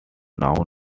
known